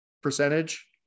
percentage